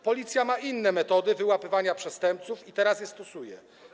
Policja ma inne metody wyłapywania przestępców i teraz je stosuje.